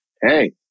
hey